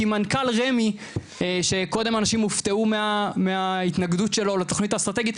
כי מנכ"ל רמ"י שקודם אנשים הופתעו מההתנגדות שלו לתוכנית האסטרטגית,